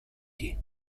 dit